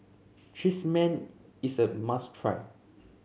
cheese man is a must try